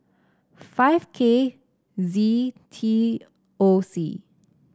zero K Z T O C